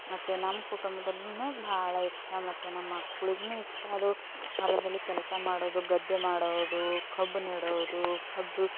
ಮತ್ತು ನಮ್ಮ ಕುಟುಂಬದಲ್ಲಿಯೂ ಬಹಳ ಇಷ್ಟ ಮತ್ತು ನಮ್ಮ ಮಕ್ಕಳಿಗೂ ಇಷ್ಟ ಅದು ಹೊಲದಲ್ಲಿ ಕೆಲಸ ಮಾಡೋದು ಗದ್ದೆ ಮಾಡೋದು ಕಬ್ಬು ನೆಡೋದು ಕಬ್ಬು